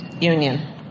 union